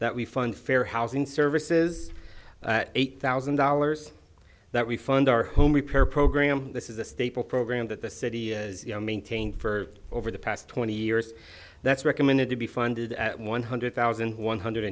that we fund fair housing services eight thousand dollars that we fund our home repair program this is a staple program that the city as you know maintained for over the past twenty years that's recommended to be funded at one hundred thousand one